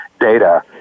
data